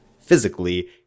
physically